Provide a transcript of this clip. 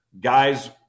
guys